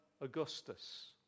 Augustus